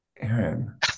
Aaron